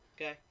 Okay